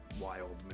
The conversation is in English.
wild